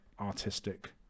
artistic